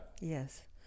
Yes